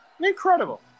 Incredible